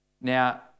Now